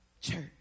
church